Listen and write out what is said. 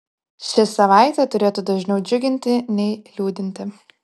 ši savaitė turėtų dažniau džiuginti nei liūdinti